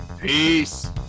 Peace